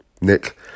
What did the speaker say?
Nick